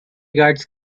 guards